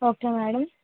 okay madam